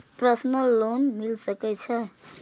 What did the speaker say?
Personal loan मिल सके छे?